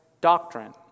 doctrine